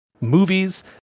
movies